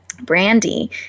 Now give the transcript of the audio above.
Brandy